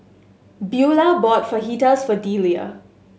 Beaulah bought Fajitas for Delia